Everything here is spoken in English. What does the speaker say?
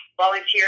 volunteer